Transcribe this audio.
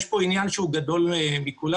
יש פה עניין שהוא גדול מכולנו.